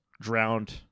drowned